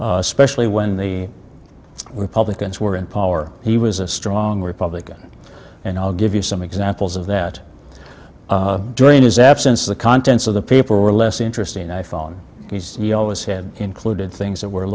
job especially when the republicans were in power he was a strong republican and i'll give you some examples of that during his absence the contents of the paper were less interesting and i phone he always had included things that were a